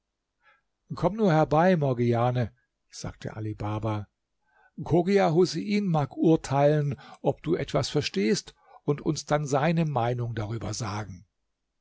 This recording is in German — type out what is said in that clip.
komm nur herbei morgiane sagte ali baba chogia husein mag urteilen ob du etwas verstehst und uns dann seine meinung darüber sagen